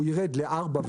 הוא ירד לארבע,